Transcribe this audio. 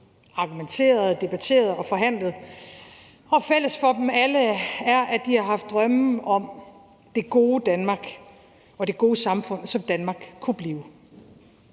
argumenteret, debatteret og forhandlet, og fælles for dem alle er, at de har haft drømme om det gode Danmark og det gode samfund, som Danmark kunne blive.